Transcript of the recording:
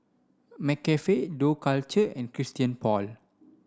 Nescafe Dough Culture and Christian Paul